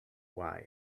why